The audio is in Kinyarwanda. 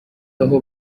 aho